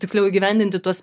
tiksliau įgyvendinti tuos